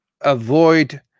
avoid